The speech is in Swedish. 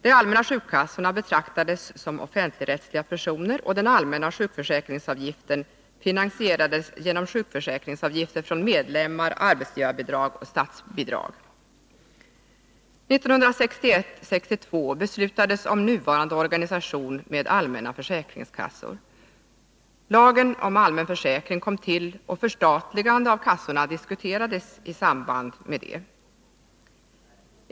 De allmänna sjukkassorna betraktades som offentligrättsliga personer, och den allmänna sjukförsäkringsavgiften finansierades genom sjukförsäkringsavgifter från medlemmarna, arbetsgivarbidrag och statsbidrag. 1961/62 beslutades om nuvarande organisation med allmänna försäkringskassor. Lagen om allmän försäkring kom till och förstatligande av kassorna diskuterades i samband med detta.